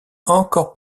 encore